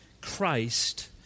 Christ